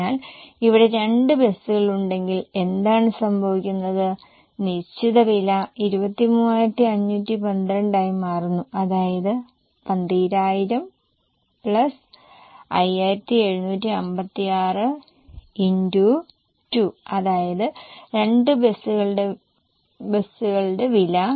അതിനാൽ ഇവിടെ 2 ബസുകളുണ്ടെങ്കിൽ എന്താണ് സംഭവിക്കുന്നത് നിശ്ചിത വില 23512 ആയി മാറുന്നു അതായത് 12000 5756 x 2 അതായത് 2 ബസുകളുടെ വില